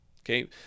okay